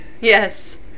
yes